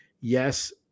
Yes